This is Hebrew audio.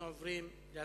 אנחנו עוברים להצבעה.